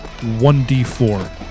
1d4